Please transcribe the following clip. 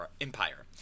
empire